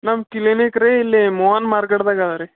ನಮ್ಮ ಕ್ಲಿನಿಕ್ ರೀ ಇಲ್ಲಿ ಮೋಹನ್ ಮಾರ್ಕೆಟ್ದಾಗ ಅದ ರೀ